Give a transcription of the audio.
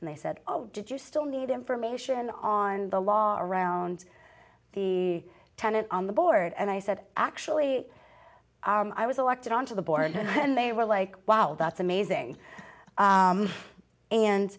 and they said oh did you still need information on the law around the tenant on the board and i said actually i was elected on to the board and they were like wow that's amazing